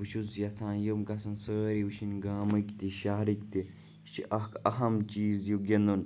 بہٕ چھُس یَژھان یِم گژھن سٲری وٕچھِنۍ گامٕکۍ تہِ شہرٕکۍ تہِ یہِ چھِ اَکھ اہم چیٖز یہِ گِنٛدُن